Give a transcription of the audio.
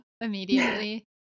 immediately